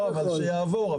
שיעבור.